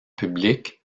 publique